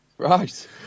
Right